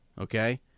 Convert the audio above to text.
okay